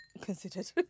Considered